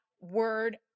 word